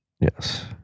Yes